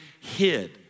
hid